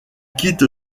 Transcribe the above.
quitte